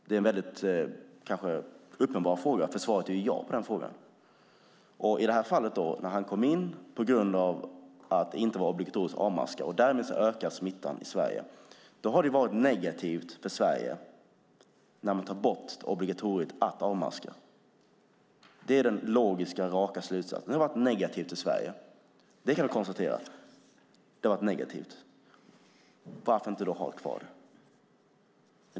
Det är en uppenbar fråga eftersom svaret är ja på den frågan. På grund av att han tog in djuret i landet utan att avmaska det, eftersom det inte var obligatoriskt, ökar smittan i Sverige. Då kan man konstatera att det har varit negativt för Sverige att ta bort obligatoriet att avmaska. Det är den logiska och raka slutsatsen. Varför har man då inte kvar det? Det behöver inte vara hundraprocentigt.